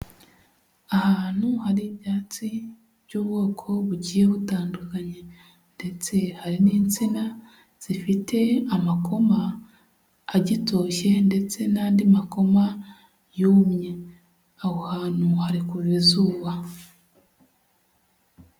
Ahantu hari ibyatsi by'ubwoko bugiye butandukanye ndetse hari n'insina zifite amakoma agitoshye ndetse n'andi makoma yumye, aho hantu hari kuva izuba.